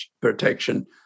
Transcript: protection